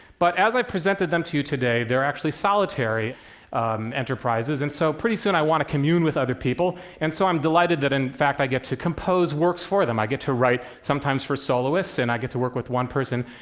but as i've presented them to you today, they're actually solitary enterprises, and so pretty soon i want to commune with other people, and so i'm delighted that in fact i get to compose works for them. i get to write, sometimes for soloists and i get to work with one person,